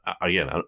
again